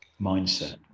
mindset